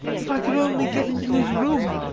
if i could only get into his room!